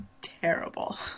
terrible